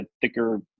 thicker